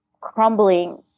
crumbling